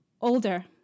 older